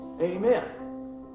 Amen